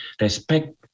respect